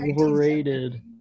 Overrated